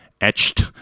etched